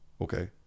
okay